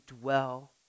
dwell